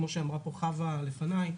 כמו שאמרה חנה לפניי,